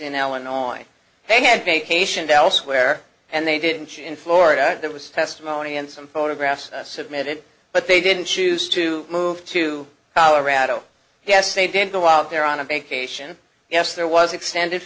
knowing they had vacationed elsewhere and they didn't cheat in florida there was testimony and some photographs submitted but they didn't choose to move to colorado yes they did go out there on a vacation yes there was extended